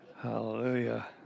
hallelujah